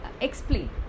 explain